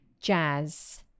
jazz